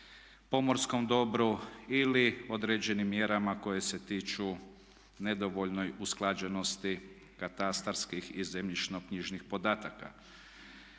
pomorskom dobru ili određenim mjerama koje se tiču nedovoljne usklađenosti katastarskih i zemljišno-knjižnih podataka.